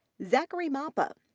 zackary mapa.